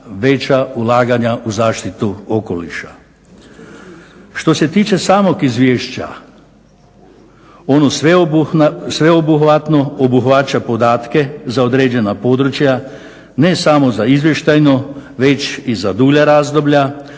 veća ulaganja u zaštitu okoliša. Što se tiče samog izvješća, ono sveobuhvatno obuhvaća podatke za određena područja ne samo za izvještajno već i za dulja razdoblja